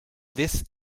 this